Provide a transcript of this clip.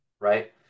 right